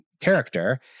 character